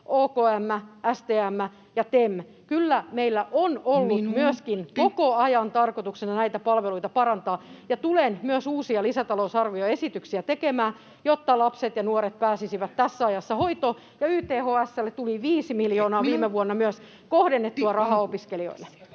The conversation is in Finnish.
OKM:n, STM:n ja TEMin. Kyllä meillä on ollut [Puhemies: Minuutti!] koko ajan tarkoituksena myöskin näitä palveluita parantaa. Ja tulen myös uusia lisätalousarvioesityksiä tekemään, jotta lapset ja nuoret pääsisivät tässä ajassa hoitoon. Ja YTHS:lle tuli 5 miljoonaa [Puhemies: Minuutti!] viime vuonna kohdennettua rahaa opiskelijoille.